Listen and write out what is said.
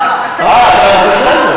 לא, אז תגיד.